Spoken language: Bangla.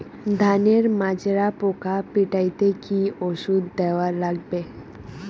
ধানের মাজরা পোকা পিটাইতে কি ওষুধ দেওয়া লাগবে?